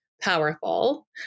powerful